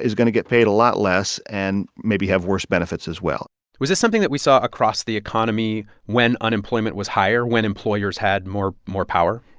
is going to get paid a lot less and maybe have worse benefits as well was this something that we saw across the economy when unemployment was higher, when employers had more more power?